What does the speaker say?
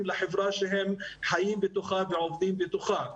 לחברה שהם חיים בתוכה ועובדים בתוכה.